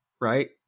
right